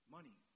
Money